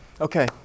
Okay